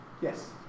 Yes